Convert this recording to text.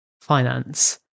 finance